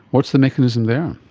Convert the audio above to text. what's the mechanism there?